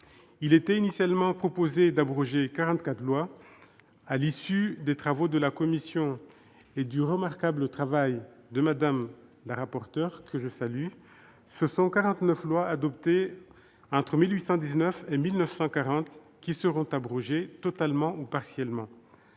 Il était initialement proposé d'abroger quarante-quatre lois. À l'issue des travaux de la commission et du remarquable travail de Mme la rapporteure, que je salue, ce sont quarante-neuf lois adoptées entre 1819 et 1940 qui seront totalement ou partiellement